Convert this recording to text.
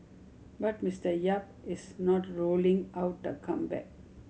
but Mister Yap is not ruling out a comeback